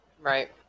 right